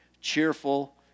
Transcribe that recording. cheerful